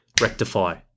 Rectify